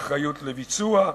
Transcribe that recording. האחריות לביצוע,